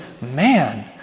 man